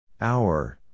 Hour